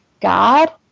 God